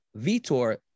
Vitor